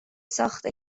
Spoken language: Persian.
ساخت